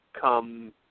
come